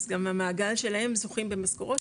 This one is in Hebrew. אז גם המעגל שלהם זוכים במשכורות.